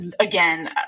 again